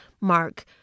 Mark